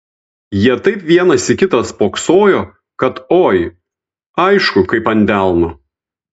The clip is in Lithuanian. jie taip vienas į kitą spoksojo kad oi aišku kaip ant delno